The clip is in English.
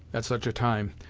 at such a time,